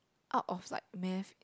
out of like math